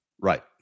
Right